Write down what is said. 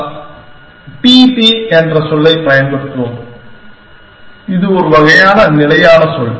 நாம் t t என்ற சொல்லைப் பயன்படுத்துவோம் இது ஒரு வகையான நிலையான சொல்